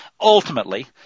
ultimately